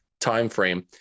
timeframe